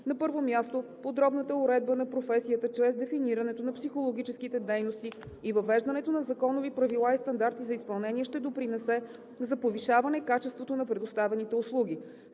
На първо място, подробната уредба на професията чрез дефинирането на психологическите дейности и въвеждането на законови правила и стандарти за изпълнение ще допринесе за повишаване качеството на предоставяните услуги.